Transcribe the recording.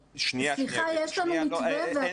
סליחה, יש לנו מתווה.